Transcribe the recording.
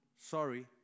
Sorry